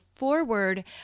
forward